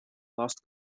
lost